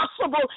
possible